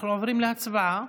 אנחנו עוברים להצבעה